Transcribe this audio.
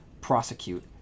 prosecute